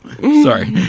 Sorry